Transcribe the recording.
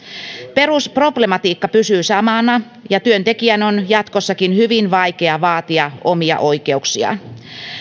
perusproblematiikka pysyy samana ja työntekijän on jatkossakin hyvin vaikea vaatia omia oikeuksiaan